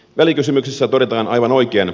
välikysymyksessä todetaan aivan oikein